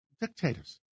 dictators